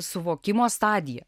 suvokimo stadija